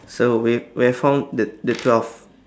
so we've we have found the the twelve